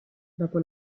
dopo